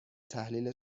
تحلیل